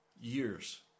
years